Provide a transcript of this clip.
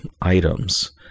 items